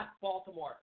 Baltimore